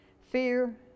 Fear